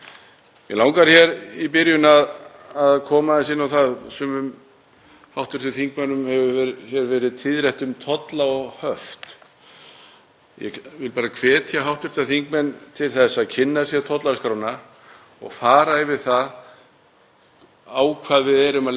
Ég vil bara hvetja hv. þingmenn til að kynna sér tollskrána og fara yfir það á hvað við erum að leggja tolla. Þegar menn átta sig á því að 87% af þeim matvælum sem eru flutt hingað til lands eru án tolla